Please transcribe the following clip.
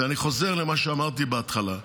ואני חוזר למה שאמרתי בהתחלה,